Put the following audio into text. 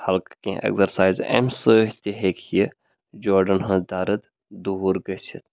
ہلکہٕ کینٛہہ اٮ۪گزَرسایز اَمہِ سۭتۍ تہِ ہیٚکہِ یہِ جوڑَن ہٕنٛز دَرد دوٗر گٔژھِتھ